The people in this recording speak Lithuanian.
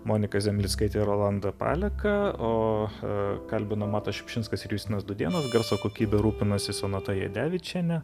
moniką zemlickaitę rolandą paleką o a kalbino matas šiupšinskas ir justinas dūdėnas garso kokybe rūpinosi sonata jadevičienė